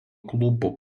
klubo